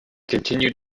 continued